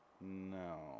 No